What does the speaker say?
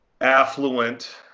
affluent